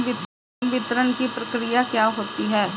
संवितरण की प्रक्रिया क्या होती है?